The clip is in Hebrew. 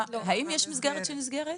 האם יש מסגרת שנסגרת?